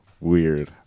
weird